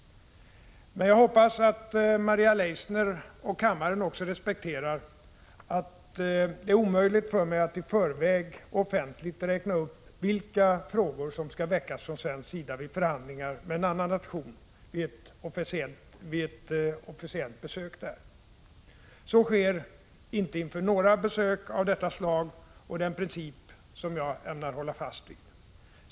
Men jag hoppas att Maria Leissner och kammaren i övrigt också respekterar att det är omöjligt för mig att i förväg offentligt räkna upp vilka frågor som skall väckas från svensk sida i förhandlingar med en annan nation vid ett officiellt besök där. Så sker inte inför några besök av detta slag, och det är en princip som jag ämnar hålla fast vid.